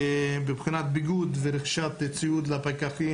מבחינת ביגוד ורכישת ציוד לפקחים,